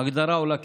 ההגדרה עולה כסף,